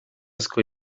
asko